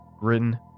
written